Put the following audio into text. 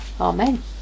Amen